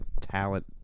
talent